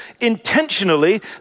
intentionally